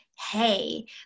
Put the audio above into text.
hey